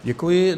Děkuji.